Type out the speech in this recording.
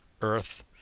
Earth